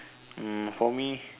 mm for me